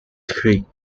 creek